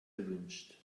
erwünscht